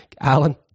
Alan